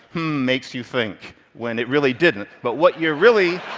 makes you think when it really didn't, but what you're really